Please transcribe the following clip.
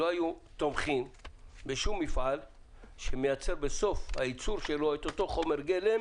לא היו תומכים בשום מפעל שבסוף הייצור שלו מייצר את אותו חומר גלם